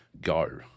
go